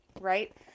right